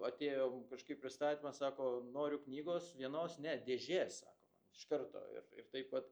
atėjo kažkaip pristatymas sako noriu knygos vienos ne dėžės sako man iš karto ir ir taip vat